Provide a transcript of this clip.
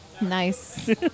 Nice